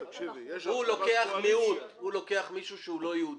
הוא לוקח מיעוט, הוא לוקח מישהו שהוא לא יהודי,